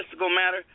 matter